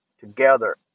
together